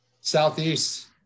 Southeast